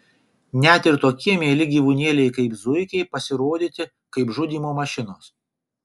net ir tokie mieli gyvūnėliai kaip zuikiai pasirodyti kaip žudymo mašinos